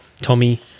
Tommy